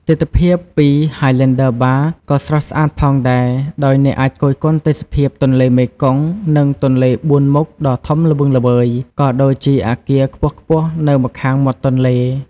ទិដ្ឋភាពពី ហាយឡែនឌឺ បារ (Highlander Bar) ក៏ស្រស់ស្អាតផងដែរ ដោយអ្នកអាចគយគន់ទេសភាពទន្លេមេគង្គ និងទន្លេបួនមុខដ៏ធំល្វឹងល្វើយ ក៏ដូចជាអគារខ្ពស់ៗនៅម្ខាងមាត់ទន្លេ។